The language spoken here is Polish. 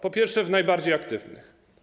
Po pierwsze, w najbardziej aktywnych.